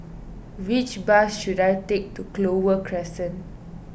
which bus should I take to Clover Crescent